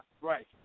Right